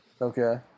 Okay